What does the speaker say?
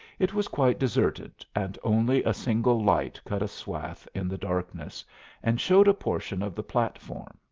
it was quite deserted, and only a single light cut a swath in the darkness and showed a portion of the platform,